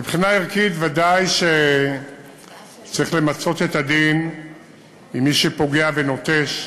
מבחינה ערכית ודאי צריך למצות את הדין עם מי שפוגע ונוטש.